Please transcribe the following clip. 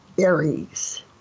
Aries